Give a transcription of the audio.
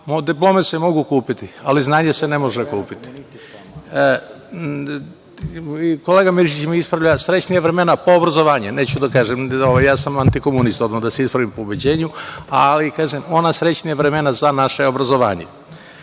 diplome se mogu kupiti, ali znanje se ne može kupiti. Kolega Mirčić me ispravlja, srećnija vremena po obrazovanje, neću da kažem, ja sam antikomunista, odmah da se ispravim, po ubeđenju, ali ona srećnija vremena za naše obrazovanje.